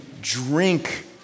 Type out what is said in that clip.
drink